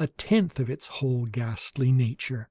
a tenth of its whole, ghastly nature.